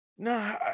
No